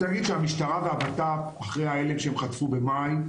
המשטרה והבט"פ אחרי ההלם שהם חטפו במאי,